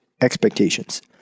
expectations